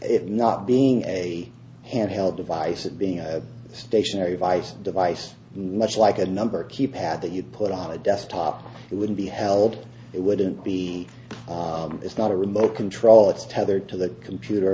it not being a handheld device it being a stationary vice device much like a number keypad that you'd put on a desktop it would be held it wouldn't be it's not a remote control it's tethered to the computer